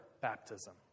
baptism